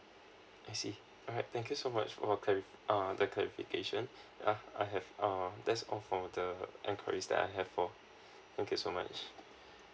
I see alright thank you so much for clari~ uh the clarification yeah I have uh that's all for the inquiries that I have for thank you so much